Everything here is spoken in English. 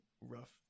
rough